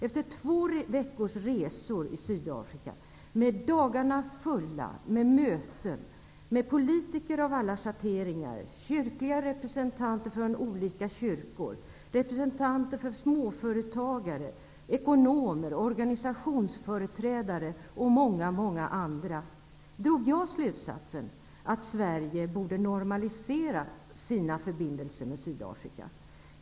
Efter två veckors resor i Sydafrika med dagarna fyllda av möten med politiker av alla schatteringar, representanter från olika kyrkor, representanter för småföretagen, ekonomer, organisationsföreträdare och många andra drog jag slutsatsen att Sverige borde normalisera sina förbindelser med Sydafrika.